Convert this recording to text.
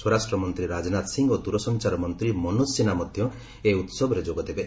ସ୍ପରାଷ୍ଟ ମନ୍ତ୍ରୀ ରାଜନାଥ ସିଂହ ଓ ଦୂରସଂଚାର ମନ୍ତ୍ରୀ ମନୋଜ ସିହ୍ରା ମଧ୍ୟ ଏହି ଉସବରେ ଯୋଗ ଦେବେ